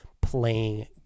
playing